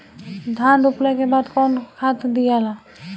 धान रोपला के बाद कौन खाद दियाला?